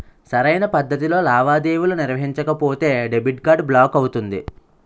సరైన పద్ధతిలో లావాదేవీలు నిర్వహించకపోతే డెబిట్ కార్డ్ బ్లాక్ అవుతుంది